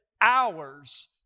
hours